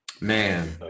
man